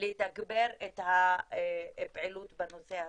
לתגבר את הפעילות בנושא הזה.